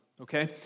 Okay